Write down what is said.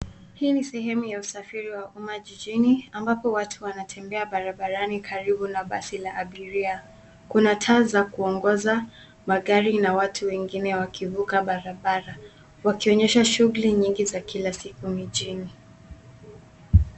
Hii ni sehemu ya usafiri wa umma jijini ambapo watu wanatembea barabarani karibu na basi la abiria. Kuna taa za kuongoza magari na watu wengine wakivuka barabara wakionyesha shughuli nyingi za kila siku mijini.